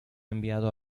enviado